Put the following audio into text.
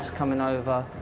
coming over.